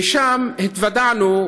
ושם התוודענו,